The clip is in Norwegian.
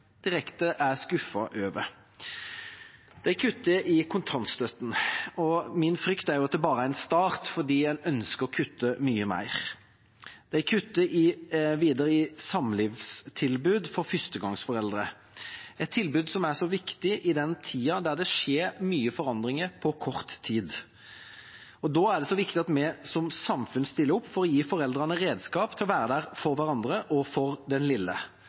direkte er skuffet over. De kutter i kontantstøtten, og min frykt er at det bare er en start fordi en ønsker å kutte mye mer. De kutter videre i samlivstilbud for førstegangsforeldre, et tilbud som er så viktig i den tiden det skjer mange forandringer på kort tid. Da er det så viktig at vi som samfunn stiller opp for å gi foreldrene redskap til å være der for hverandre og for den lille.